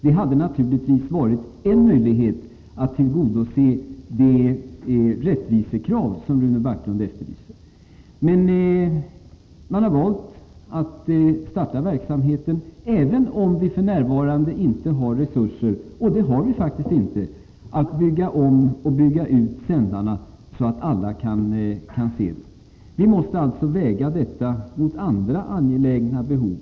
Det hade naturligtvis varit en möjlighet att tillmötesgå det rättvisekrav som Rune Backlund ställer. Man har valt att starta verksamheten även om man f. n. inte har resurser — och det har vi faktiskt inte — att bygga om och bygga ut sändarna så att alla kan se. Vi måste väga detta mot andra angelägna behov.